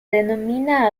denomina